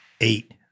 eight